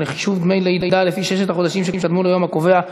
183) (חישוב דמי לידה לפי ששת החודשים שקדמו ליום הקובע),